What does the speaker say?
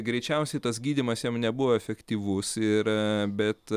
greičiausiai tas gydymas jam nebuvo efektyvus ir bet